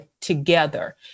together